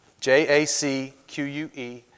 J-A-C-Q-U-E